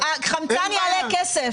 החמצן יעלה כסף.